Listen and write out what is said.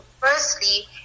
firstly